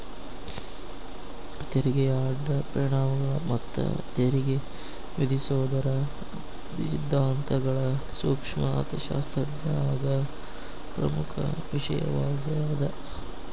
ತೆರಿಗೆಯ ಅಡ್ಡ ಪರಿಣಾಮಗಳ ಮತ್ತ ತೆರಿಗೆ ವಿಧಿಸೋದರ ಸಿದ್ಧಾಂತಗಳ ಸೂಕ್ಷ್ಮ ಅರ್ಥಶಾಸ್ತ್ರದಾಗ ಪ್ರಮುಖ ವಿಷಯವಾಗ್ಯಾದ